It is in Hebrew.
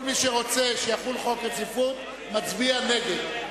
כל מי שרוצה שיחול חוק רציפות, מצביע נגד.